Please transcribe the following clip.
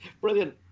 Brilliant